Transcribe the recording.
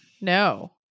No